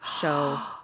show